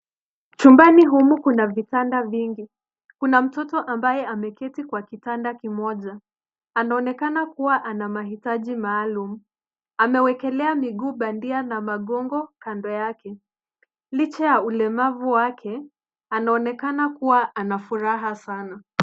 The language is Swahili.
Chumbani humu kuna vitanda vingi. Kuna mtoto ambaye ameketi kwa kitanda kimoja. Anaokena kuwa ana mahitaji maalum. Amewekelea miguu bandia na magongo kando yake. Licha ya ulemavu wake, anaonekana kuwa ana furaha sana.